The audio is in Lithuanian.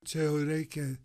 čia jau reikia